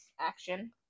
Action